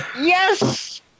Yes